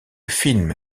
film